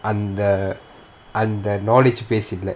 அந்த அந்த:antha antha knowledge base